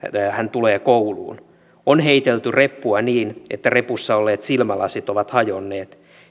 tulee kouluun on heitelty reppua niin että repussa olleet silmälasit ovat hajonneet